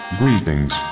greetings